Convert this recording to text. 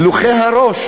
גלוחי הראש,